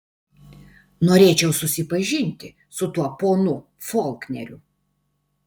norėčiau susipažinti su tuo ponu folkneriu